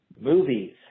movies